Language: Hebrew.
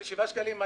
שקלים,